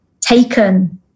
taken